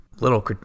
little